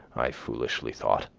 i foolishly thought.